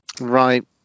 Right